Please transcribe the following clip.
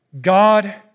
God